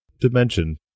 dimension